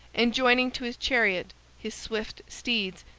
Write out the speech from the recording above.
and joining to his chariot his swift steeds,